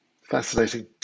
Fascinating